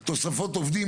תוספות של כוח אדם.